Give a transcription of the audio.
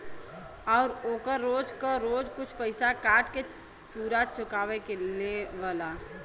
आउर ओकर रोज क रोज कुछ पइसा काट के पुरा चुकाओ लेवला